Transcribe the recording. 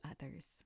others